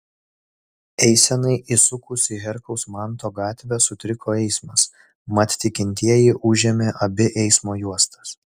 eisenai įsukus į herkaus manto gatvę sutriko eismas mat tikintieji užėmė abi eismo juostas